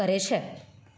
કરે છે